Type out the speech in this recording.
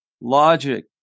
logic